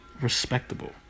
respectable